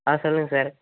ஆ சொல்லுங்கள் சார்